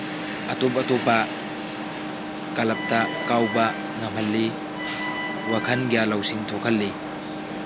ꯑꯇꯣꯞ ꯑꯇꯣꯞꯄ ꯀꯂꯞꯇ ꯀꯥꯎꯕ ꯉꯝꯍꯜꯂꯤ ꯋꯥꯈꯜ ꯒ꯭ꯌꯥꯟ ꯂꯧꯁꯤꯡ ꯊꯣꯛꯍꯜꯂꯤ